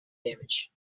damage